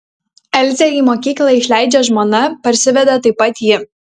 elzę į mokyklą išleidžia žmona parsiveda taip pat ji